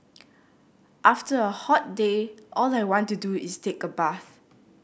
after a hot day all I want to do is take a bath